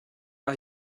are